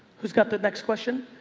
who's got the next question?